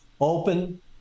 open